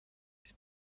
est